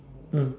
mm